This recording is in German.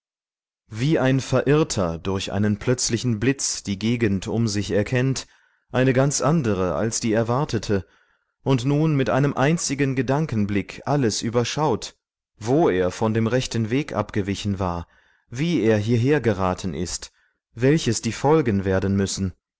wie ein verirrter durch einen plötzlichen blitz die gegend um sich erkennt eine ganz andere als die erwartete und nun mit einem einzigen gedankenblick alles überschaut wo er von dem rechten weg abgewichen war wie er hierher geraten ist welches die folgen werden müssen